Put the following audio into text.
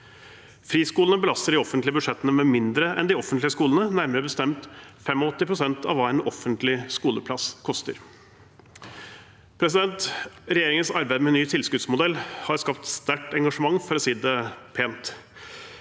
Friskolene belaster de offentlige budsjettene med mindre enn de offentlige skolene, nærmere bestemt 85 pst. av hva en offentlig skoleplass koster. Regjeringens arbeid med ny tilskuddsmodell har skapt sterkt engasjement, for å si det pent.